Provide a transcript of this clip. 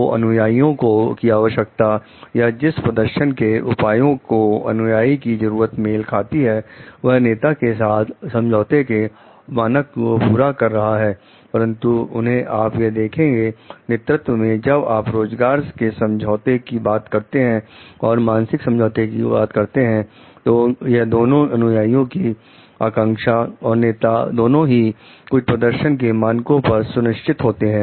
तो अनुयायियों की आवश्यकता या जिस प्रदर्शन के उपायों को अनुयाई की जरूरत मेल खाती है वह नेता के साथ समझौते के मानक को पूरा कर रहा है परंतु उन्हें आप यह देखेंगे नेतृत्व में जब आप रोजगार के समझौते की बात करते हैं और मानसिक समझौते की बात करते हैं तो यह दोनों अनुयाई की आकांक्षा और नेता दोनों ही कुछ प्रदर्शन के मानको पर सुनिश्चित होते हैं